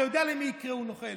אתה יודע למי יקראו נוכל.